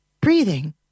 breathing